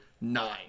nine